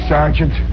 Sergeant